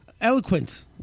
Eloquent